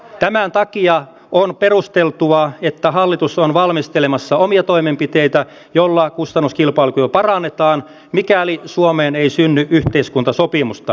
tämän takia on perusteltua että hallitus on valmistelemassa omia toimenpiteitä joilla kustannuskilpailukykyä parannetaan mikäli suomeen ei synny yhteiskuntasopimusta